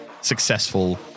successful